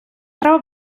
треба